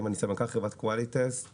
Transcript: אני סמנכ"ל חברת קוואליטסט,